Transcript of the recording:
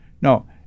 no